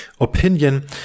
opinion